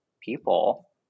people